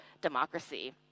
democracy